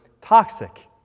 toxic